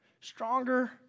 stronger